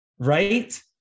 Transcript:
right